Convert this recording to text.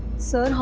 sir, and